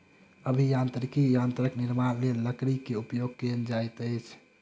अभियांत्रिकी यंत्रक निर्माणक लेल लकड़ी के उपयोग कयल जाइत अछि